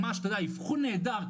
ממש אבחון נהדר,